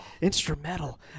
instrumental